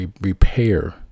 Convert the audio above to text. repair